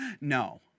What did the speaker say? No